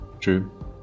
True